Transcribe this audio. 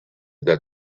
that